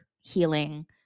Healing